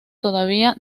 todavía